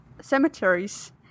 cemeteries